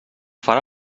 farà